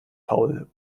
faul